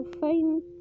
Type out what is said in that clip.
fine